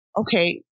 okay